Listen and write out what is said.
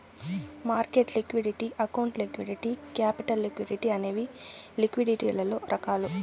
market liquidity account liquidity capital liquidity అనేవి లిక్విడిటీలలో రకాలు